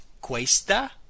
questa